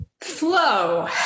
Flow